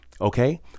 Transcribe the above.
Okay